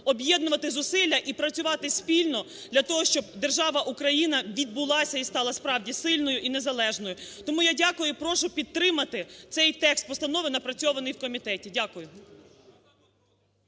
об'єднувати зусилля і працювати спільно для того, щоб держава Україна відбулася і стала справді сильною, і незалежною. Тому я дякую і прошу підтримати цей текст постанови, напрацьований в комітеті. Дякую.